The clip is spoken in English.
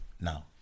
now